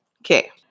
Okay